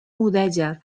mudèjar